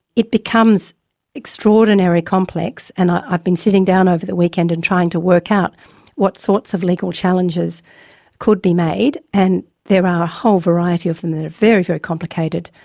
it becomes extraordinarily complex, and i've been sitting down over the weekend and trying to work out what sorts of legal challenges could be made, and there are a whole variety of them that are very, very complicated.